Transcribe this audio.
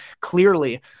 clearly